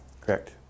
Correct